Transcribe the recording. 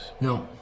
No